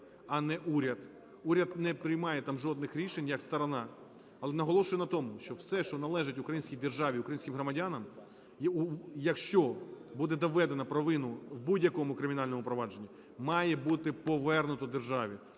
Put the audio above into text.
а не уряд, уряд не приймає там жодних рішень як сторона. Але наголошую на тому, що все, що належить українській державі, українським громадян, якщо буде доведено провину в будь-якому кримінальному проваджені, має бути повернуто державі.